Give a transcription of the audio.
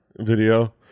video